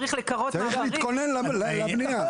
צריך להתכונן לבנייה.